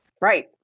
Right